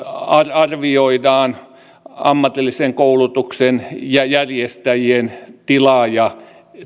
arvioidaan ammatillisen koulutuksen ja järjestäjien tilaa ja